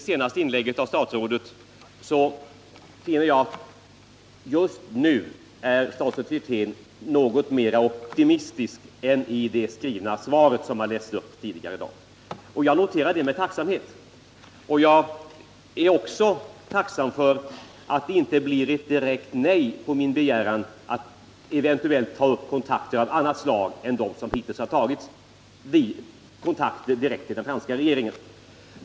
Herr talman! Av det senaste inlägget finner jag att just nu är statsrådet Wirtén något mera optimistisk än i det skrivna svaret, som han läste upp tidigare. Jag noterar det med tacksamhet. Jag är också tacksam för att det inte blir ett direkt nej på min begäran att eventuellt ta upp kontakter av annat slag än de som hittills har tagits — kontakter direkt med den franska regeringen.